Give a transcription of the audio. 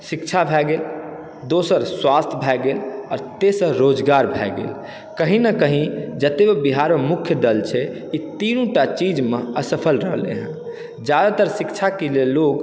शिक्षा भए गेल दोसर स्वास्थ भए गेल आओर तेसर रोजगार भए गेल कहीं ने कहीं जते भी बिहारमे मुख्य दल छै ई तिनुटा चीजमे असफल रहलै हँ जादातर शिक्षाके लेल लोग